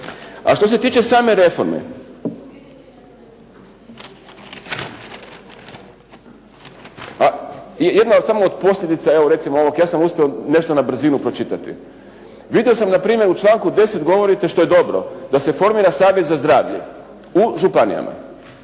A što se tiče same reforme jedna samo od posljedica ovog, ja sam uspio nešto na brzinu pročitati. Vidio sam, na primjer u članku 10. govorite što je dobro da se formira savez za zdravlje u županijama.